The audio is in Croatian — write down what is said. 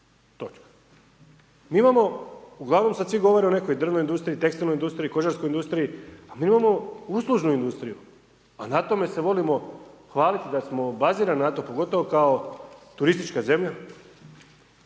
rada. Mi imamo, uglavnom svi govore o nekoj drvnoj industriji, tekstilnoj industriji, kožarskoj industriji, a mi imamo uslužnu industriju, a na tome se volimo hvaliti da smo bazirani na to, pogotovo kao turistička zemlja.